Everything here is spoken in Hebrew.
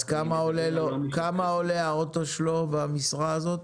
אז כמה עולה האוטו שלו במשרה הזאת?